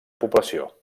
població